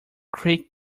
creek